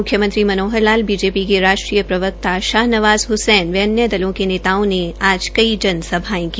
मुख्यमंत्री मनोहर लाल बीजेपी के राष्ट्रीय प्रवक्ता शाहनवाज़ हसैन व अन्य दलों के नेताओं ने आज कई जन सभायें की